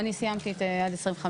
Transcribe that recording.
מי נגד?